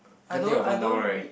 I don't I don't read